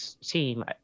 team